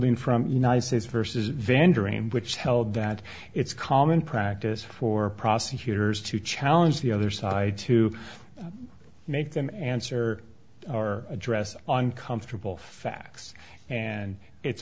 the in from united states versus vendor in which held that it's common practice for prosecutors to challenge the other side too make them answer or address on comfortable facts and it's